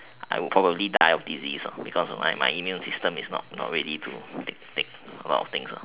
I would probably die of disease lor because of my my immune system is not not ready to take take a lot of things ah